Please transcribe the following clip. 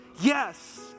Yes